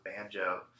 Banjo